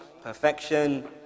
perfection